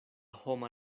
homa